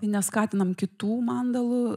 neskatinam kitų mandalų